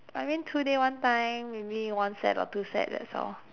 I mean two day one time maybe one set or two set that's all